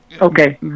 okay